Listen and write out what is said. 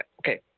okay